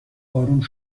آروم